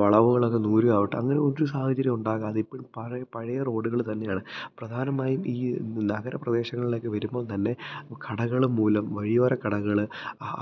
വളവുകളൊക്കെ നിവരുകയാകട്ടെ അങ്ങനൊരു സാഹചര്യം ഉണ്ടാകാതെ ഇപ്പഴും പറേ പഴയ റോഡുകൾ തന്നെയാണ് പ്രധാനമായും ഈ നഗരപദേശങ്ങളിലൊക്കെ വരുമ്പോൾ തന്നെ കടകള് മൂലം വഴിയോര കടകള്